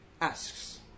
asks